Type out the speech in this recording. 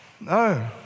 No